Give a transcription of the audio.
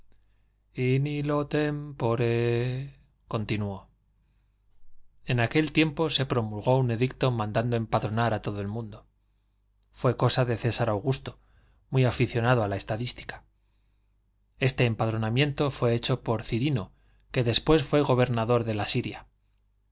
in illo tempore continuó en aquel tiempo se promulgó un edicto mandando empadronar a todo el mundo fue cosa de césar augusto muy aficionado a la estadística este empadronamiento fue hecho por cirino que después fue gobernador de la siria